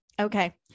Okay